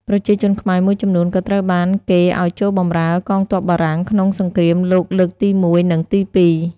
ប្រជាជនខ្មែរមួយចំនួនក៏ត្រូវបានកេណ្ឌឱ្យចូលបម្រើ កងទ័ពបារាំង ក្នុងសង្គ្រាមលោកលើកទីមួយ និងទីពីរ។